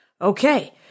Okay